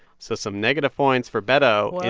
so some negative points for beto. yeah